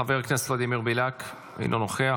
ח"כ ולדימיר בליאק, אינו נוכח.